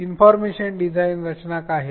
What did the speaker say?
information design रचना काय आहे